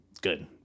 Good